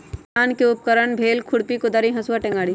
किसान के उपकरण भेल खुरपि कोदारी हसुआ टेंग़ारि